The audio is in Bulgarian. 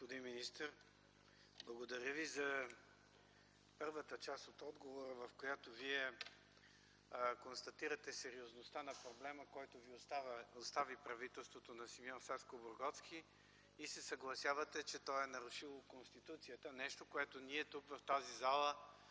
Уважаеми господин министър, благодаря Ви за първата част от отговора, в която Вие констатирате сериозността на проблема, който Ви остави правителството на Симеон Сакскобургготски, и се съгласявате, че то е нарушило Конституцията – нещо, което ние тук, в тази зала,